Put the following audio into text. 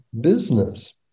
business